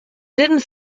didn’t